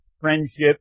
friendship